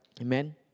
Amen